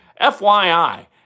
FYI